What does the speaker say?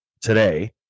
today